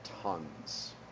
tons